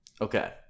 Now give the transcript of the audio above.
Okay